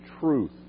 truth